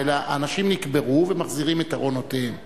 אלא אנשים נקברו ומחזירים את ארונותיהם.